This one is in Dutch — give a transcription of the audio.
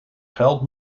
geld